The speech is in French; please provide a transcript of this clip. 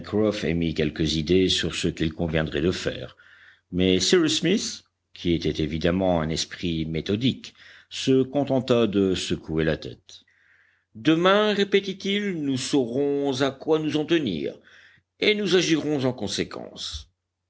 émit quelques idées sur ce qu'il conviendrait de faire mais cyrus smith qui était évidemment un esprit méthodique se contenta de secouer la tête demain répétait-il nous saurons à quoi nous en tenir et nous agirons en conséquence